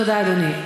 תודה, אדוני.